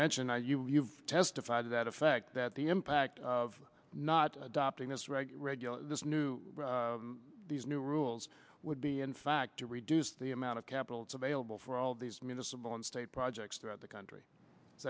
mention you've testified to that effect that the impact of not adopting this right this new these new rules would be in fact to reduce the amount of capital it's available for all these municipal and state projects throughout the country is